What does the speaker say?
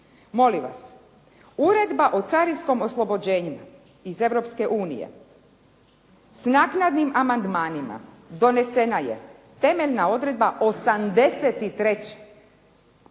Molim vas, Uredba o carinskom oslobođenju iz Europske unije s naknadnim amandmanima donesena je temeljna odredba 83.